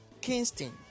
Kingston